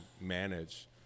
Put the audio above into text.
manage